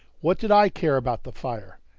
what did i care about the fire?